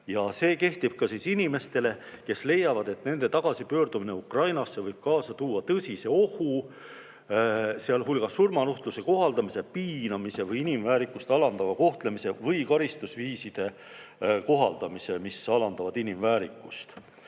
See kehtib ka inimestele, kes leiavad, et nende tagasipöördumine Ukrainasse võib kaasa tuua tõsise ohu, sealhulgas surmanuhtluse kohaldamise, piinamise, inimväärikust alandava kohtlemis- või karistusviiside kohaldamise või vägivalla